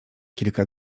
kilka